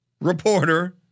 reporter